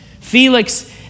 Felix